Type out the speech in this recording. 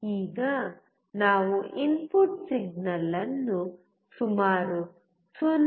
ಈಗ ನಾವು input signal ಅನ್ನು ಸುಮಾರು 0